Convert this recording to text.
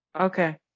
Okay